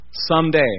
Someday